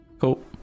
cool